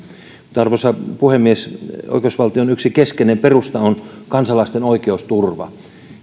arvoisa puhemies oikeusvaltion yksi keskeinen perusta on kansalaisten oikeusturva